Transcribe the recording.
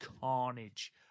carnage